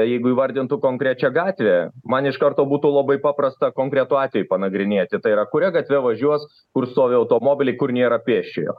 jeigu įvardintų konkrečią gatvę man iš karto būtų labai paprasta konkretų atvejį panagrinėti tai yra kuria gatve važiuos kur stovi automobiliai kur nėra pėsčiojo